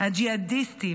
הג'יהאדיסטיים,